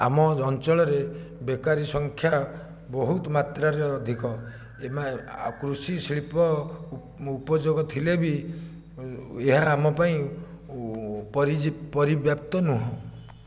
ଆମ ଅଞ୍ଚଳରେ ବେକାରି ସଂଖ୍ୟା ବହୁତ ମାତ୍ରାରେ ଅଧିକ ଏମାୟ ଆଉ କୃଷିଶିଳ୍ପ ଉପଯୋଗ ଥିଲେ ବି ଏହା ଆମ ପାଇଁ ପରିଜି ପରିବ୍ୟାପ୍ତ ନୁହଁ